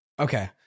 Okay